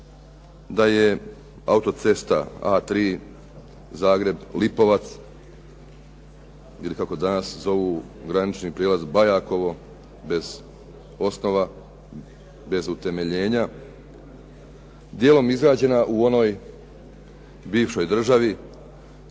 da je autocesta A3 Zagreb-Lipovac ili kako danas zovu granični prijelaz Bajakovo bez osnova, bez utemeljenja, dijelom izgrađena u onoj bivšoj državi,